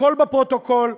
הכול בפרוטוקול,